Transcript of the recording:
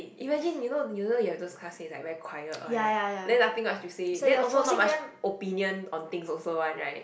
imagine you know you know you have those classmates like very quiet one right like nothing much to say and then also not much opinion on things also one right